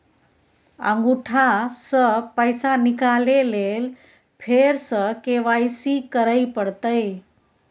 अंगूठा स पैसा निकाले लेल फेर स के.वाई.सी करै परतै?